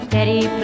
Daddy